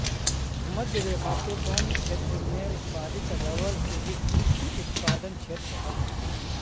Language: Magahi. भूमध्य रेखा के वन क्षेत्र में उत्पादित रबर के विस्तृत उत्पादन क्षेत्र हइ